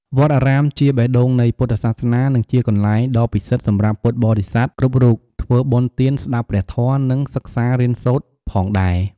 វត្តអារាម ជាបេះដូងនៃពុទ្ធសាសនា និងជាទីកន្លែងដ៏ពិសិដ្ឋសម្រាប់ពុទ្ធបរិស័ទគ្រប់រូប ធ្វើបុណ្យទាន ស្ដាបព្រះធម៏ និង សិក្សារៀនសូត្រផងដែរ។